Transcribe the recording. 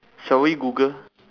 shall we google